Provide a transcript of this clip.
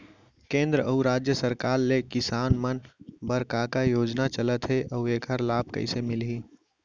केंद्र अऊ राज्य सरकार ले किसान मन बर का का योजना चलत हे अऊ एखर लाभ कइसे मिलही?